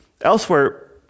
Elsewhere